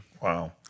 Wow